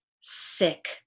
sick